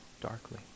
darkly